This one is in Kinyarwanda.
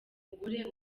mugore